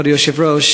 כבוד היושב-ראש,